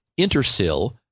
intersil